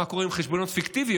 מה קורה עם חשבוניות פיקטיביות,